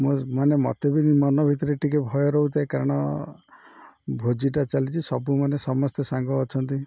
ମୋ ମାନେ ମୋତେ ବି ମନ ଭିତରେ ଟିକେ ଭୟ ରହୁ ଥାଏ କାରଣ ଭୋଜିଟା ଚାଲିଛି ସବୁ ମାନେ ସମସ୍ତେ ସାଙ୍ଗ ଅଛନ୍ତି